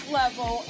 level